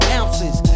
ounces